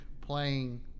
playing